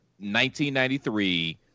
1993